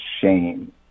shame